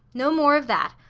no more of that!